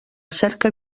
cerca